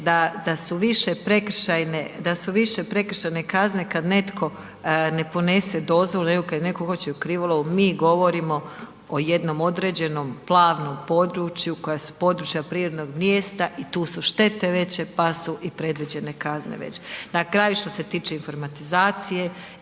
da su više prekršajne kazne kad netko ne ponese dozvolu nego kad netko hoće u krivolov, mi govorimo o jednom određenom plavnom području koja su područja prirodnog mrijesta i tu su štete veće pa su i predviđene kazne veće. Na kraju što se tiče informatizacije,